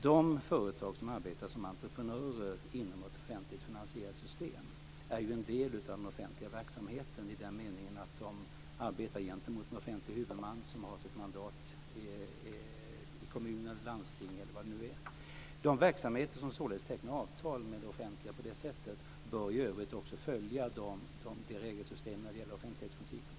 De företag som arbetar som entreprenörer inom ett offentligt finansierat system är ju en del av den offentliga verksamheten i den meningen att de arbetar gentemot en offentlig huvudman, som har sitt mandat i kommuner, landsting eller vad det nu kan vara. De verksamheter som tecknar avtal med det offentliga på det sättet bör således i övrigt också följa det regelsystemet när det gäller offentlighetsprincipen.